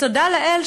ותודה לאל,